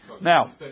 Now